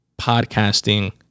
podcasting